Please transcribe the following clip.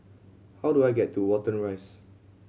how do I get to Watten Rise